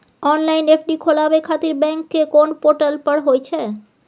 Online FD खोलाबय खातिर bank के कोन पोर्टल पर होए छै?